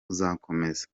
uzakomeza